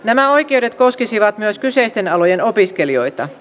nämä oikeudet koskisivat myös kyseisten alojen opiskelijoita